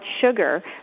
sugar